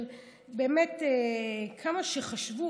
היו כמה שחשבו,